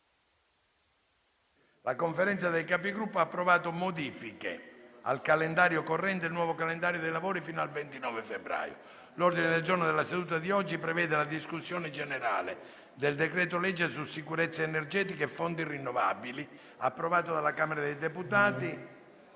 La Conferenza dei Capigruppo ha approvato modifiche al calendario corrente e il nuovo calendario dei lavori fino al 29 febbraio. L'ordine del giorno della seduta di oggi prevede la discussione generale del decreto-legge su sicurezza energetica e fonti rinnovabili, approvato dalla Camera dei deputati.